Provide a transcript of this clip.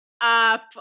up